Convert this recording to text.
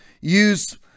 use